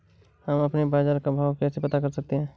हम अपने बाजार का भाव कैसे पता कर सकते है?